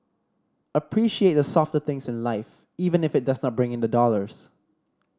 appreciate the softer things in life even if it does not bring in the dollars